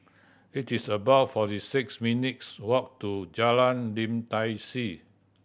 it is about forty six minutes' walk to Jalan Lim Tai See